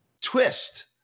twist